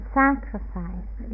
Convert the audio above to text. sacrifice